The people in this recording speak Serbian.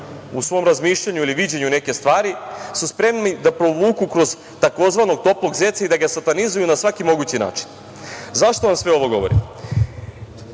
u svom razmišljanju ili viđenju neke stvari su spremni da provuku kroz takozvanog toplog zeca i da ga satanizuju na svaki mogući način.Zašto vam sve ovo govorim?